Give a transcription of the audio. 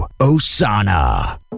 Osana